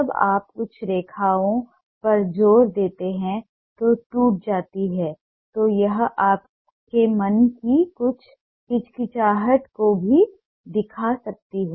जब आप कुछ रेखाओं पर जोर देते हैं जो टूट जाती हैं तो यह आपके मन की कुछ हिचकिचाहट को भी दिखा सकती है